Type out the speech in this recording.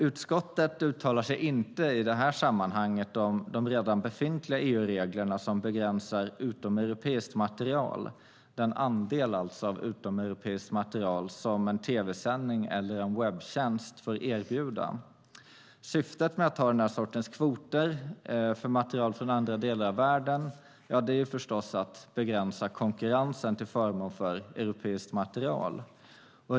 Utskottet uttalar sig inte i det här sammanhanget om de redan befintliga EU-reglerna som begränsar utomeuropeiskt material, den andel av utomeuropeiskt material som en tv-sändning eller en webbtjänst får erbjuda. Syftet med att ha den sortens kvoter för material från andra delar av världen är förstås att begränsa konkurrensen till förmån för europeiskt material.